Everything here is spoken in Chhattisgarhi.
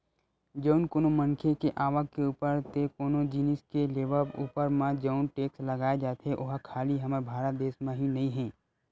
जउन कोनो मनखे के आवक के ऊपर ते कोनो जिनिस के लेवब ऊपर म जउन टेक्स लगाए जाथे ओहा खाली हमर भारत देस म ही नइ हे